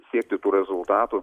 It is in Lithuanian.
siekti rezultatų